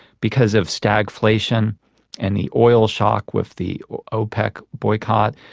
because of staglation and the oil shock with the opec boycott,